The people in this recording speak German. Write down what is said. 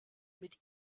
mit